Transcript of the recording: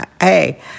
hey